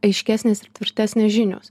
aiškesnės ir tvirtesnės žinios